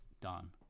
done